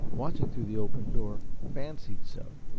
watching through the open door, fancied so,